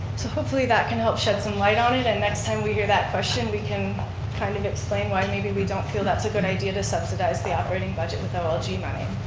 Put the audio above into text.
so hopefully that can help shed some light on it and next time we hear that question, we can kind of explain why maybe we don't feel that's a good idea to subsidize the operating budget with um olg money.